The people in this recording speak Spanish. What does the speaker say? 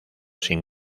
sin